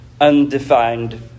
undefined